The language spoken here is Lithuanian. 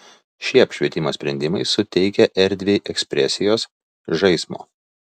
šie apšvietimo sprendimai suteikia erdvei ekspresijos žaismo